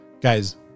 Guys